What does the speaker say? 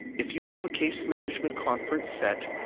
if you have a case management conference set,